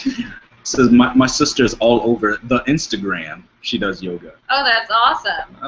so my my sister's all over the instagram she does yoga. oh that's awesome.